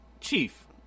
Chief